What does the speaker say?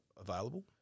available